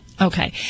okay